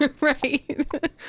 right